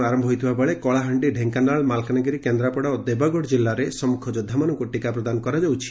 ସେହିପରି ସୁବର୍ଷ୍ପୁର ହୋଇଥିବାବେଳେ କଳାହାଣ୍ଡି ଡେଙ୍କାନାଳ ମାଲକାନଗିରି କେନ୍ରାପଡ଼ା ଓ ଦେବଗଡ଼ ଜିଲ୍ଲାରେ ସମ୍ମୁଖ ଯୋଦ୍ଧାମାନଙ୍କୁ ଟିକା ପ୍ରଦାନ କରାଯାଉଛି